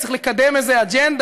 כי צריך לקדם איזו אג'נדה.